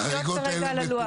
החריגות שראית על הלוח.